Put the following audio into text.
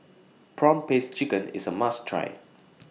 Prawn Paste Chicken IS A must Try